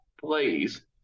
please